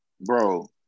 bro